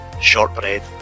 shortbread